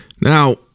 now